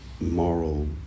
moral